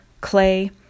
clay